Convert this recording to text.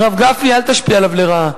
הרב גפני, אל תשפיע עליו לרעה.